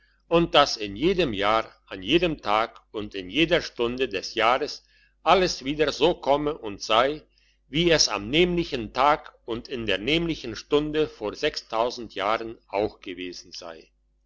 und dass in jedem jahr an jedem tag und in jeder stunde des jahrs alles wieder so komme und sei wie es am nämlichen tag und in der nämlichen stunde vor sechstausend jahren auch gewesen sei